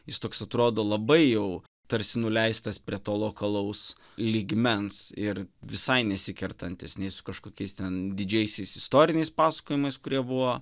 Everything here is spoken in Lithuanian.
jis toks atrodo labai jau tarsi nuleistas prie to lokalaus lygmens ir visai nesikertantis nei su kažkokiais ten didžiaisiais istoriniais pasakojimais kurie buvo